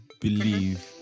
believe